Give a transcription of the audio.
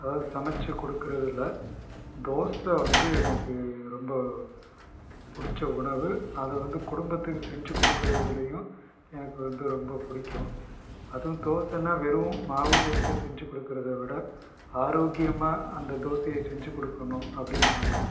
அதாவது சமைச்சு கொடுக்குறதுல தோசை வந்து எனக்கு ரொம்ப பிடித்த உணவு அதை வந்து குடும்பத்துக்கு செஞ்சு கொடுக்குறதுலையும் எனக்கு வந்து ரொம்ப பிடிக்கும் அதுவும் தோசைனா வெறும் மாவு தோசை செஞ்சு கொடுக்குறத விட ஆரோக்கியமாக அந்த தோசையை செஞ்சு கொடுக்கணும் அப்படினு நினைப்பேன்